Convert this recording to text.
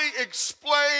explain